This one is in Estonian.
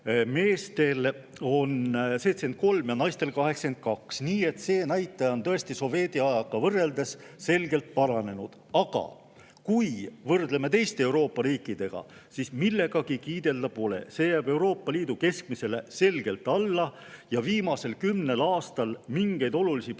meestel 73 ja naistel 82. Nii et see näitaja on tõesti sovetiajaga võrreldes selgelt paranenud. Aga kui me võrdleme teiste Euroopa riikidega, siis millegagi kiidelda pole. See jääb Euroopa Liidu keskmisele selgelt alla ja viimasel kümnel aastal mingeid olulisi paranemisi